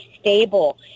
stable